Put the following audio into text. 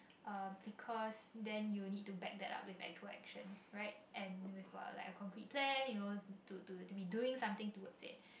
uh because then you need to back that up with actual action right and with a like a concrete plan you know to to be doing something towards it